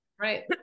Right